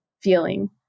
feeling